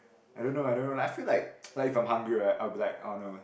I don't know I don't know like I feel like like if I'm hungry right I will be like oh no